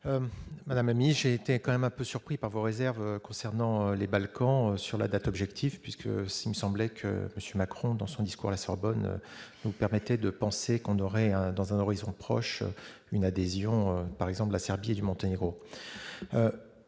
Madame amis j'ai été quand même un peu surpris par vos réserves concernant les Balkans sur la date objectif puisque s'il me semblait que monsieur Macron dans son discours à la Sorbonne nous permettait de penser qu'on aurait dans un horizon proche une adhésion : par exemple, la Serbie et du Monténégro,